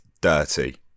dirty